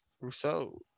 Rousseau